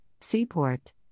Seaport